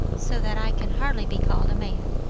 so that i can hardly be called a man.